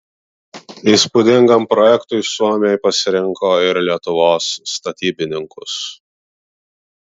įspūdingam projektui suomiai pasirinko ir lietuvos statybininkus